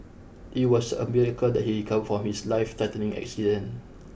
it was a miracle that he recovered from his lifethreatening accident